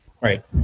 Right